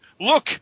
Look